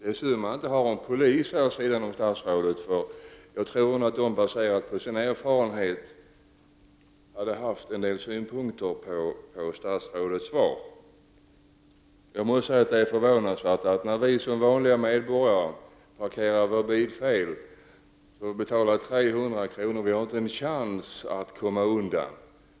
Det är tur att vi inte har en polisman här vid sidan av statsrådet. Jag tror nämligen att en sådan, baserat på sin erfarenhet, nog skulle ha haft en hel del synpunkter på statsrådets svar. Jag må säga att det är förvånansvärt att vi vanliga medborgare då vi parkerar vår bil fel får betala 300 kr. utan att ha en chans att komma undan!